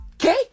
Okay